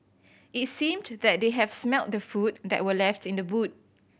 it seemed that they have smelt the food that were left in the boot